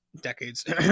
decades